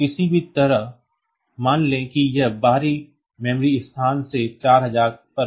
तो किसी भी तरह मान लें कि यह बाहरी मेमोरी स्थान से 4000 पर संग्रहीत है